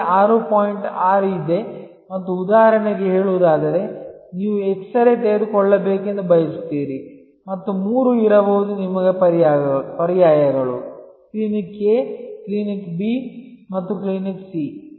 6 ಇದೆ ಮತ್ತು ಉದಾಹರಣೆಗೆ ಹೇಳುವುದಾದರೆ ನೀವು ಎಕ್ಸರೆ ತೆಗೆದುಕೊಳ್ಳಬೇಕೆಂದು ಬಯಸುತ್ತೀರಿ ಮತ್ತು ಮೂರು ಇರಬಹುದು ನಿಮಗೆ ಪರ್ಯಾಯಗಳು ಕ್ಲಿನಿಕ್ A ಕ್ಲಿನಿಕ್ B ಮತ್ತು ಕ್ಲಿನಿಕ್ C